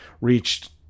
reached